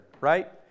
right